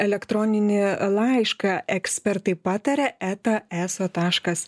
elektroninį laišką ekspertai pataria eta eso taškas